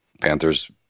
Panthers